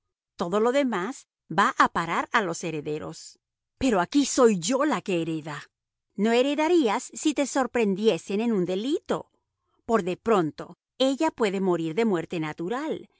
todo lo demás va a parar a los herederos pero aquí soy yo la que hereda no heredarías si te sorprendiesen en un delito por de pronto ella puede morir de muerte natural